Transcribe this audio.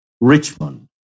Richmond